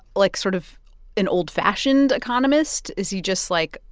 like, sort of an old-fashioned economist? is he just like,